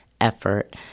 effort